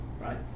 right